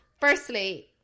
Firstly